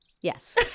Yes